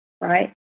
right